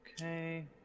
Okay